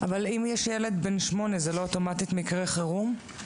אם יש ילד בן שמונה, זה לא אוטומטית מקרה חירום?